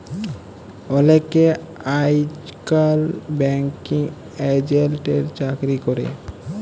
অলেকে আইজকাল ব্যাঙ্কিং এজেল্টের চাকরি ক্যরে